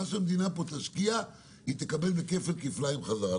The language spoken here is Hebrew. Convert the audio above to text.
מה שהמדינה פה תשקיע, היא תקבל בכפל כפליים חזרה.